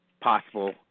possible